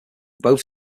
both